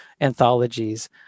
anthologies